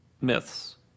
myths